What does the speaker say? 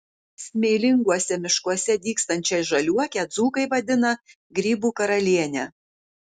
smėlinguose miškuose dygstančią žaliuokę dzūkai vadina grybų karaliene